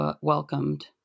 welcomed